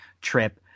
trip